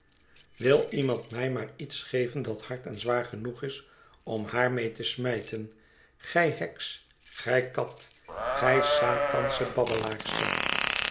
wil iemand mij maar iets geven dat hard en zwaar genoeg is om haar mee te smijten gij heks gij kat gij satansche babbelaarster